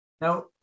Now